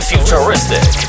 Futuristic